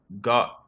got